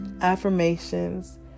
affirmations